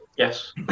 Yes